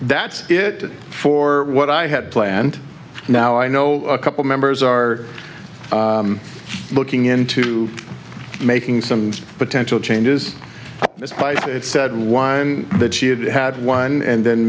that's it for what i had planned now i know a couple members are looking into making some potential changes it said one that she had had one and then